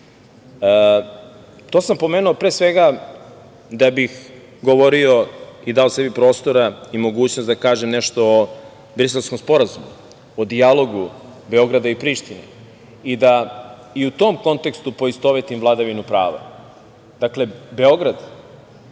To sam pomenuo pre svega da bih govorio i dao sebi prostora i mogućnost da kažem nešto o Briselskom sporazumu, o dijalogu Beograda i Prištine i da u tom kontekstu poistovetim vladavinu prava.